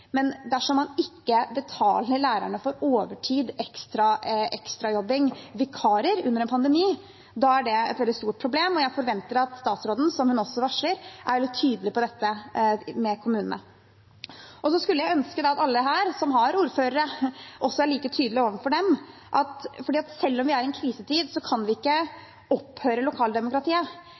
Men dersom man ikke betaler lærerne for overtid og ekstrajobbing og ikke betaler for vikarer under en pandemi, er det et veldig stort problem, og jeg forventer at statsråden, som hun har varslet, er tydelig på dette overfor kommunene. Jeg skulle ønske at alle her, som har ordførere, er like tydelige overfor dem, for selv om vi er i en krisetid, kan ikke lokaldemokratiet opphøre.